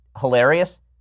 hilarious